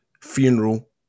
funeral